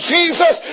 Jesus